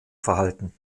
verhalten